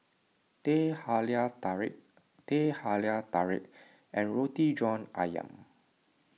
Teh Halia Tarik Teh Halia Tarik and Roti John Ayam